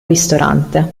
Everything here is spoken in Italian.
ristorante